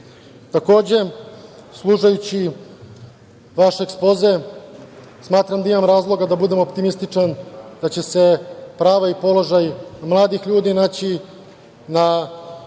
zemlje. Slušajući vaš ekspoze, smatram da imam razloga da budem optimističan da će se prava i položaj mladih ljudi naći na